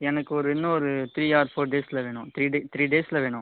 எனக்கு ஒரு இன்னும் ஒரு த்ரீ ஆர் ஃபோர் டேஸ்ல வேணும் த்ரீ டே த்ரீ டேஸ்ல வேணும்